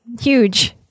huge